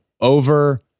over